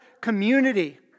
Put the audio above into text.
community